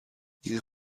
ihre